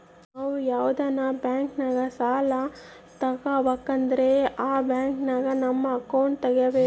ನಾವು ಯಾವ್ದನ ಬ್ಯಾಂಕಿನಾಗ ಸಾಲ ತಾಬಕಂದ್ರ ಆ ಬ್ಯಾಂಕಿನಾಗ ನಮ್ ಅಕೌಂಟ್ ತಗಿಬಕು